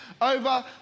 over